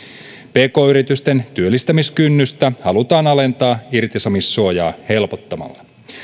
pk yritysten työllistämiskynnystä halutaan alentaa irtisanomissuojaa helpottamalla